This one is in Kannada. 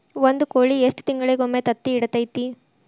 ಒಂದ್ ಕೋಳಿ ಎಷ್ಟ ತಿಂಗಳಿಗೊಮ್ಮೆ ತತ್ತಿ ಇಡತೈತಿ?